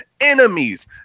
enemies